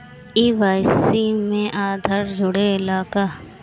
KYC में आधार जुड़े ला का?